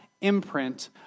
imprint